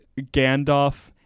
Gandalf